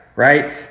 right